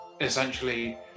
essentially